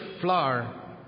flour